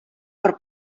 per